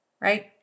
right